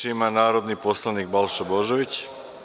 Reč ima narodni poslanik Balša Božović.